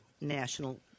national